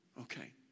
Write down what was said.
okay